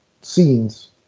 scenes